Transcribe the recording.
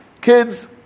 kids